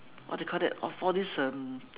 what do you call that of all these um